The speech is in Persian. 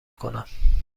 کنم